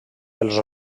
els